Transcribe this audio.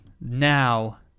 now